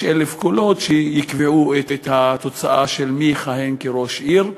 קולות שיקבעו את התוצאה מי יכהן כראש העיר.